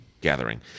Gathering